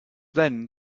then